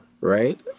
right